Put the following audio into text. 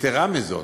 יתרה מזו,